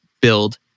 build